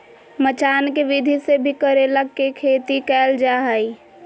मचान के विधि से भी करेला के खेती कैल जा हय